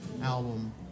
album